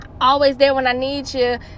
always-there-when-I-need-you